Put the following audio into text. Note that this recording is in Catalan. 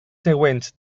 següents